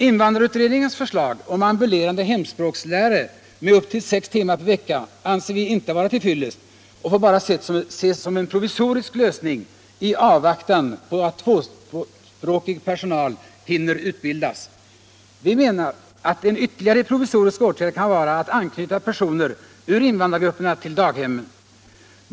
Invandrarutredningens förslag om ambulerande hemspråkslärare med upp till sex timmar per vecka anser vi inte vara till fyllest — det får bara ses som en provisorisk lösning i avvaktan på att tvåspråkig personal hinner utbildas. Vi menar att en ytterligare provisorisk åtgärd kan vara att anknyta personer ur invandrargrupperna till daghemmen.